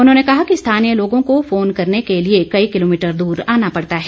उन्होंने कहा कि स्थानीय लोगों को फोन करने के लिए कई किलोमीटर दूर आना पड़ता है